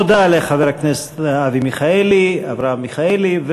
תודה לחבר הכנסת אבי מיכאלי, אברהם מיכאלי.